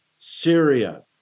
Syria